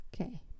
Okay